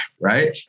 right